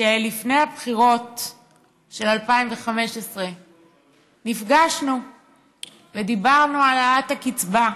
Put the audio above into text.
שלפני הבחירות של 2015 נפגשנו ודיברנו על העלאת הקצבה.